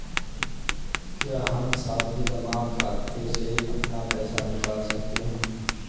क्या हम सावधि जमा खाते से अपना पैसा निकाल सकते हैं?